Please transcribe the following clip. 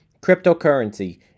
cryptocurrency